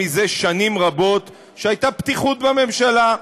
זה שנים רבות שהייתה פתיחות בממשלה.